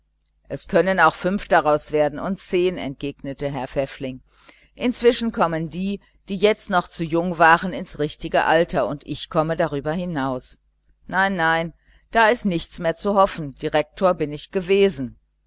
es können auch fünf daraus werden und zehn entgegnete herr pfäffling inzwischen kommen die die jetzt noch zu jung waren ins richtige alter und ich komme darüber hinaus nein nein da ist nichts mehr zu hoffen direktor bin ich gewesen